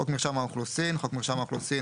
"חוק מרשם האוכלוסין" חוק מרשם האוכלוסין,